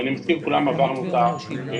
ואני מזכיר לכולם שעברנו את הקורונה.